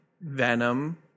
Venom